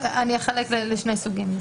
אחלק את הדברים לשני סוגים.